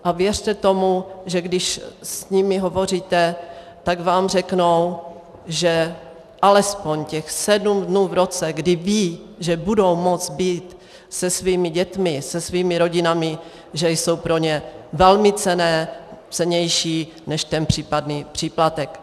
A věřte tomu, že když s nimi hovoříte, řeknou vám, že alespoň těch sedm dnů v roce, kdy vědí, že budou moct být se svými dětmi, se svými rodinami, jsou pro ně velmi cenné, cennější než ten případný příplatek.